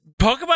Pokemon